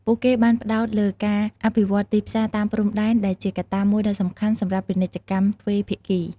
ពួកគេបានផ្តោតលើការអភិវឌ្ឍទីផ្សារតាមព្រំដែន ដែលជាកត្តាមួយដ៏សំខាន់សម្រាប់ពាណិជ្ជកម្មទ្វេភាគី។